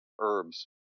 herbs